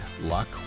luck